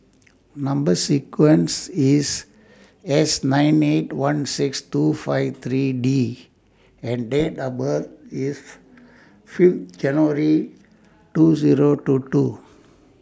Number sequences IS S nine eight one six two five three D and Date of birth IS Fifth January two Zero two two